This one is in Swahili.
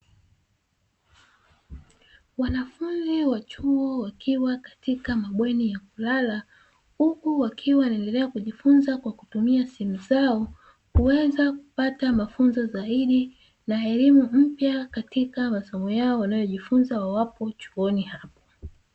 Wanafunzi wa chuo wakiwa katika mabweni ya kulala, huku wakiwa wanaendelea kujifunza kwa kutumia simu zao, kuweza kupata mafunzo zaidi na elimu mpya katika masomo yao wanayojifunza, wawapo chuoni hapo.